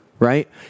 Right